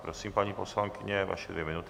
Prosím, paní poslankyně, vaše dvě minuty.